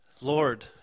Lord